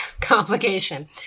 complication